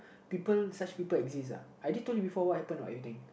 people such people exist ah I did told you before what happened what everything